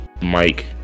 Mike